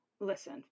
Listen